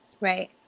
right